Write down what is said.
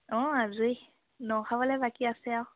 অঁ আজি নখাবলৈ বাকী আছে আৰু